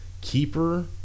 Keeper